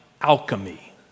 alchemy